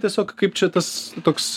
tiesiog kaip čia tas toks